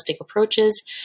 approaches